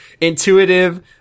intuitive